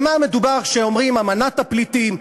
במה מדובר כשאומרים "אמנת הפליטים",